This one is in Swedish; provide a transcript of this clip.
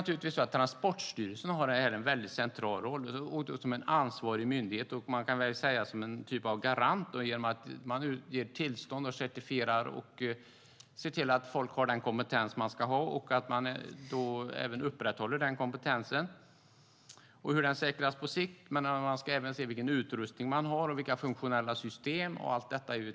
Transportstyrelsen har en central roll som ansvarig myndighet, en garant, genom att ge tillstånd, certifiera och se till att folk har den kompetens de ska ha och upprätthåller kompetensen på sikt. Transportstyrelsen ska se på utrustning och att systemen är funktionella.